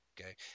okay